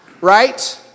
right